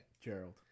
Gerald